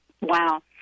wow